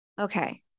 Okay